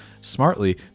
smartly